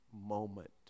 moment